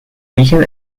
origen